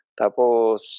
tapos